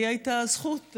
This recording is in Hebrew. לי הייתה הזכות,